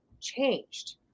changed